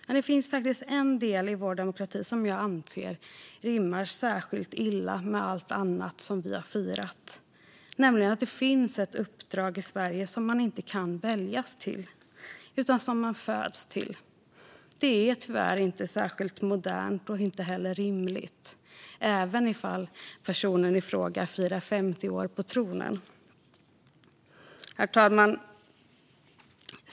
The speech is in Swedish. Men det finns faktiskt en del i vår demokrati som jag anser rimmar särskilt illa med allt annat som vi har firat, nämligen att det finns ett uppdrag i Sverige som man inte kan väljas till utan som man föds till. Det är tyvärr inte särskilt modernt och inte heller rimligt, även ifall personen i fråga firar 50 år på tronen. Herr talman!